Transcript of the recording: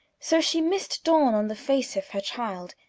so she missed dawn on the face of her child,